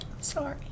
Sorry